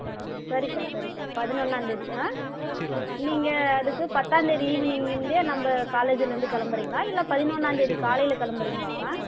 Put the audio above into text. ஆ சரிப்பா சரிப்பா பதினொன்னா தேதி ஆ நீங்கள் அதுக்கு பத்தாந்த் தேதி ஈவனிங் இருந்தே நம்ப காலேஜ்ஜில் இருந்து கிளம்புறீங்களா இல்ல பதினொன்னாம் தேதி காலையில் கிளம்புறீங்களாப்பா